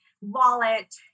wallet